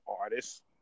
artist